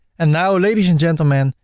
and now ladies and gentlemen,